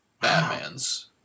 Batman's